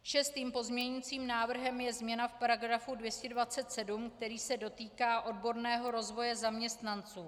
Šestým pozměňujícím návrhem je změna v § 227, který se dotýká odborného rozvoje zaměstnanců.